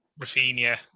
Rafinha